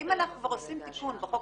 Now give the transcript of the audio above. אבל אם אנחנו כבר עושים תיקון בחוק